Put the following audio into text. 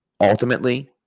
ultimately